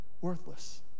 worthless